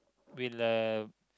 will uh